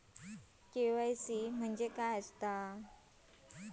KYC म्हणजे काय?